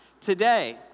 today